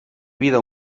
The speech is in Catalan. vida